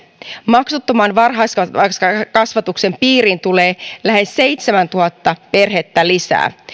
maksuttoman varhaiskasvatuksen piiriin tulee lähes seitsemäntuhatta perhettä lisää